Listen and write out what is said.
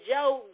Joe